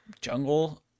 jungle